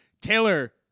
Taylor